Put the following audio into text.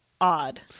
odd